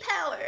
power